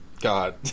God